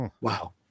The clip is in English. wow